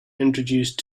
introduce